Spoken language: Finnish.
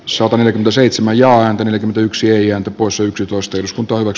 sota mikko seitsemän ja antonio yksia poissa yksitoista jos kunto ovat